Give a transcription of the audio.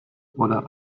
oder